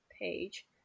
page